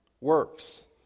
works